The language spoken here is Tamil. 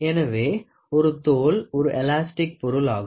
எனவே ஒரு தோல் ஒரு எலாஸ்டிக் பொருள் ஆகும்